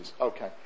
okay